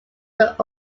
but